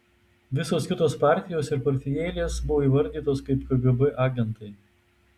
visos kitos partijos ir partijėlės buvo įvardytos kaip kgb agentai